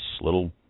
little